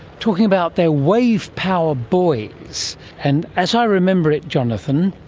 talking about their wave power buoys. and as i remember it, jonathan,